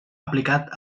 aplicat